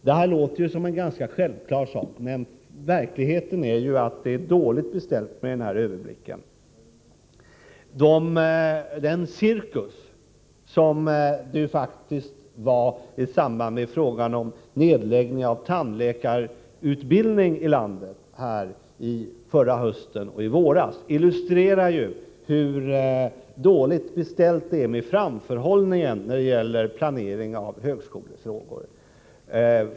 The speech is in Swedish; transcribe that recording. Detta låter som en ganska självklar sak, men verkligheten är att det är dåligt beställt med överblicken. Den cirkus som var ett faktum i samband med nedläggningen av tandläkarutbildning i landet förra hösten och i våras illustrerar hur dåligt beställt det är med framförhållningen när det gäller planering av högskolefrågor.